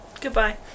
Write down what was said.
Goodbye